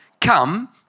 Come